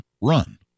run